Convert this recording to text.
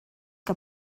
que